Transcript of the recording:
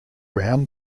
round